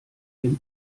dem